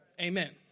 Amen